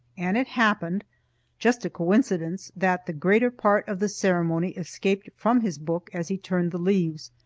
and it happened just a coincidence that the greater part of the ceremony escaped from his book as he turned the leaves.